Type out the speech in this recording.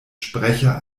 sprecher